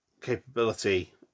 capability